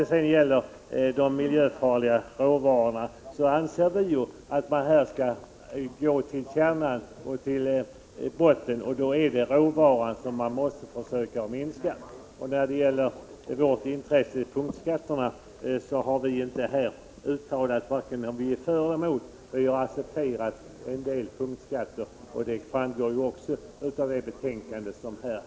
Vad så gäller de miljöfarliga råvarorna anser vi att man skall gå till botten med problemet och försöka minska deras antal. Beträffande vårt intresse av punktskatter har vi inte uttalat om vi är för eller emot sådana. Vi har accepterat en del punktskatter, vilket också framgår av betänkandet.